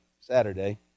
Saturday